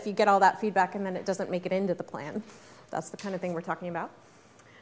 if you get all that feedback and then it doesn't make it into the plan that's the kind of thing we're talking about